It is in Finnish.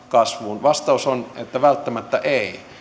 kasvuun vastaus on että välttämättä ei